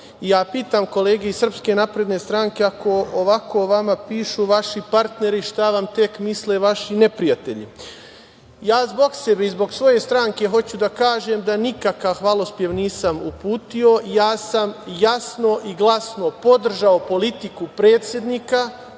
ja pitam kolege iz SNS ako o vama ovako pišu vaši partneri, šta vam tek misle vaši neprijatelji? Zbog sebe i zbog svoje stranke hoću da kažem da nikakav hvalospev nisam uputio. Ja sam jasno i glasno podržao politiku predsednika